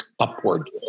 upward